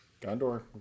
Gondor